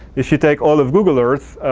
if you take all of google earth,